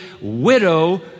widow